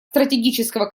стратегического